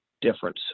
difference